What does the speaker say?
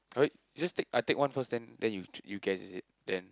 okay you just take I take one first then then you j~ you guess is it then